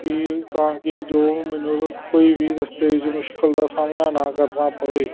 ਕਿ ਤਾਂ ਕਿ ਜੋ ਮੈਨੂੰ ਕੋਈ ਵੀ ਰਸਤੇ ਵਿੱਚ ਮੁਸ਼ਕਿਲ ਦਾ ਸਾਹਮਣਾ ਨਾ ਕਰਨਾ ਪਵੇ